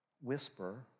whisper